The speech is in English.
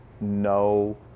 no